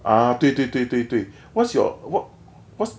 ah 对对对对对 what's your what was